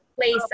place